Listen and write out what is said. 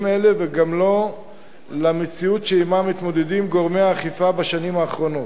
אלה וגם לא למציאות שעמה מתמודדים גורמי האכיפה בשנים האחרונות.